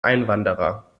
einwanderer